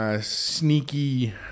sneaky